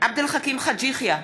עבד אל חכים חאג' יחיא,